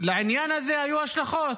ולעניין הזה היו השלכות.